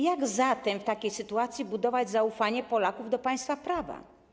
Jak zatem w takiej sytuacji budować zaufanie Polaków do państwa prawa?